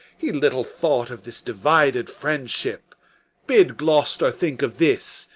he little thought of this divided friendship bid gloster think of this,